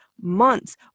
months